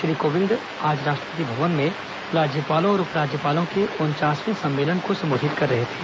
श्री कोविंद आज राष्ट्रपति भवन में राज्यपालों और उपराज्यपालों के उनचासवे सम्मेलन को संबोधित कर रहे थे